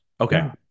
Okay